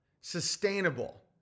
Sustainable